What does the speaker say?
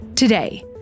Today